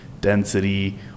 density